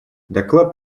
доклад